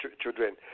children